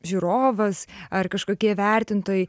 žiūrovas ar kažkokie vertintojai